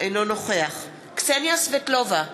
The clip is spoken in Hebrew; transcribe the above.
אינו נוכח קסניה סבטלובה,